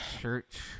church